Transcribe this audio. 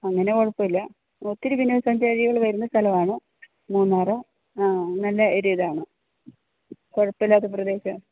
അങ്ങനെ കുഴപ്പം ഇല്ല ഒത്തിരി വിനോദ സഞ്ചാരികൾ വരുന്ന സ്ഥലമാണ് മൂന്നാർ ആ അവരുടെ ഒരു ഇതാണ് കുഴപ്പമില്ലാത്ത പ്രദേശമാണ്